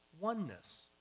oneness